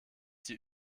die